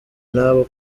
nabo